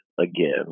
again